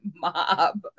mob